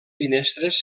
finestres